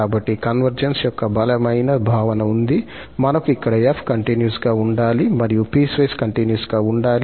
కాబట్టి కన్వర్జెన్స్ యొక్క బలమైన భావన ఉంది మనకు ఇక్కడ 𝑓 కంటిన్యూస్ గా ఉండాలి మరియు పీస్ వైస్ కంటిన్యూస్ గా ఉండాలి